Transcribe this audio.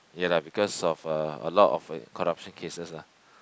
ya lah because of a a lot of corruption cases lah